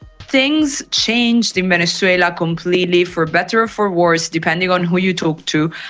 things changed in venezuela completely, for better or for worse depending on who you talk to,